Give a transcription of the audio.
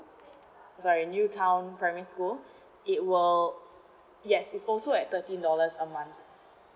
sorry new town primary school it will yes it's also at thirteen dollars a month